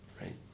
right